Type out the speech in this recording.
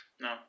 No